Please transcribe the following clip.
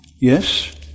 yes